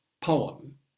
poem